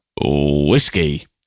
whiskey